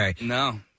No